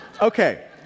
Okay